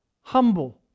humble